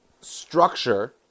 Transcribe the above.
structure